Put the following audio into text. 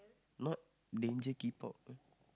not danger keep out eh